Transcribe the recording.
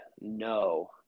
no